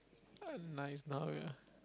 ah nice